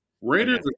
Raiders